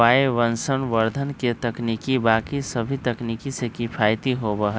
वायवसंवर्धन के तकनीक बाकि सभी तकनीक से किफ़ायती होबा हई